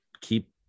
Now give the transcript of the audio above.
keep